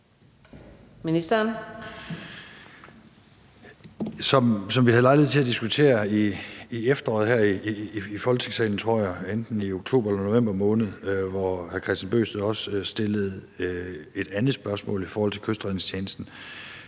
Poulsen): Som vi havde lejlighed til at diskutere her i Folketingssalen i efteråret – jeg tror, det var i enten oktober eller november måned – hvor hr. Kristian Bøgsted også stillede et andet spørgsmål i forhold til Kystredningstjenesten,